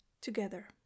together